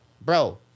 Bro